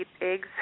eggs